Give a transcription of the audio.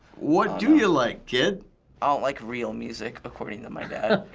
what do you like, kid? i don't like real music, according to my dad.